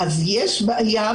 יש בעיה,